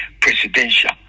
presidential